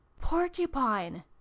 Porcupine